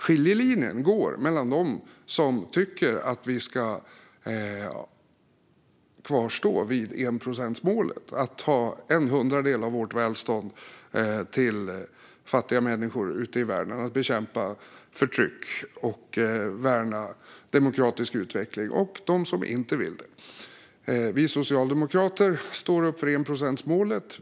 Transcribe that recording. Skiljelinjen går mellan dem som tycker att vi ska hålla fast vid enprocentsmålet - att en hundradel av vårt välstånd ska gå till fattiga människor ute i världen och till att bekämpa förtryck och värna demokratisk utveckling - och dem som inte vill det. Vi socialdemokrater står upp för enprocentsmålet.